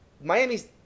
Miami's